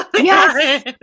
Yes